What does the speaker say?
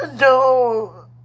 No